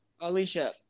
Alicia